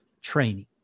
training